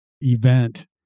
event